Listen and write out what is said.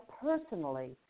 personally